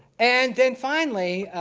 and, then finally,